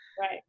Right